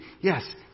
Yes